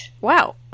Wow